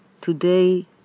Today